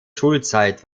schulzeit